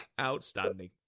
Outstanding